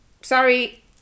sorry